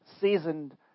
seasoned